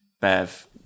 Bev